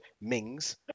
Mings